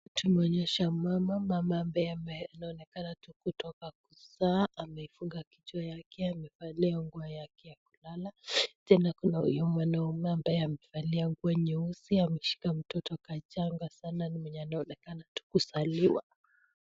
Tumeonyeshwa mama, mama ambaye anaonekana tu ametoka kuzaa, amefungu kichwa yake, Amevalia nguo yake ya kulala. Tena Kuna huyu mwanaume amevalia nguo nyeusi ameshika katoto kuchanga sana ni mwenye anaonekana tu ametoka kuzaliwa.